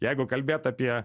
jeigu kalbėt apie